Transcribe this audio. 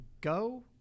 go